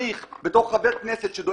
הוא חייב את החודש הזה כדי לקחת את הרכב שלו,